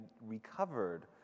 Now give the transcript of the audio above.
recovered